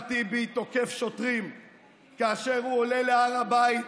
כשאחמד טיבי תוקף שוטרים כאשר הוא עולה להר הבית,